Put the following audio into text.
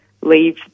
leave